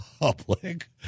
public